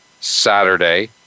Saturday